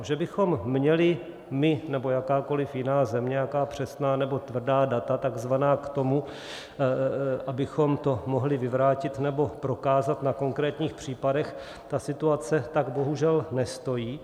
Že bychom měli my nebo jakákoliv jiná země nějaká přesná nebo tvrdá data takzvaná k tomu, abychom to mohli vyvrátit nebo prokázat na konkrétních případech, ta situace tak bohužel nestojí.